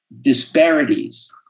disparities